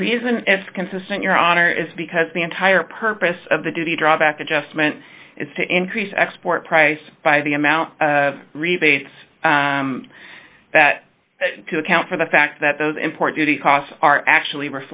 the reason it's consistent your honor is because the entire purpose of the do the drawback adjustment is to increase export price by the amount rebates that to account for the fact that those import duty costs are actually